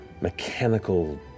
mechanical